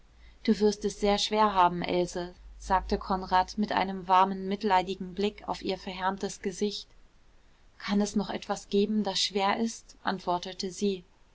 du wirst es sehr schwer haben else sagte konrad mit einem warmen mitleidigen blick auf ihr verhärmtes gesicht kann es noch etwas geben das schwer ist antwortete sie